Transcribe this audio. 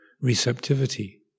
receptivity